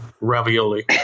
ravioli